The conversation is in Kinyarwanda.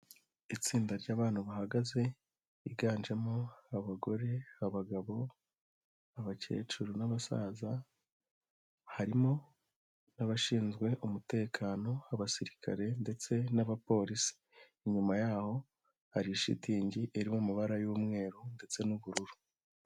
Itsinda ry'abantu bahagaze ryiganjemo abagore, abagabo, abakecuru n'abasaza, harimo n'abashinzwe umutekano abasirikare ndetse n'abapolisi. Inyuma yaho hari shitingi iri muu mabara y'umweru ndetse n'ubururu.